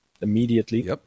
immediately